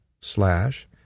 slash